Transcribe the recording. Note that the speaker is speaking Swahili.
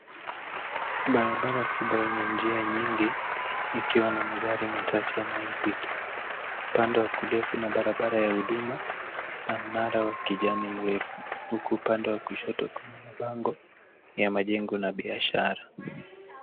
Barabara kubwa yenye njia nyingi ikiwa na magari machache yanayo pita. Upande wa kulia kuna barabara ya huduma na mnara wa kijani mrefu huku upande wa kushoto kuna bango la majengo na biashara.